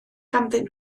ganddyn